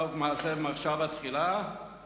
סוף מעשה במחשבה תחילה,